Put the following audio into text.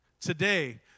today